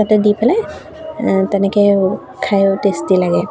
তাতে দি পেলাই তেনেকৈ খাইও টেষ্টি লাগে